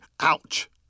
ouch